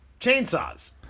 chainsaws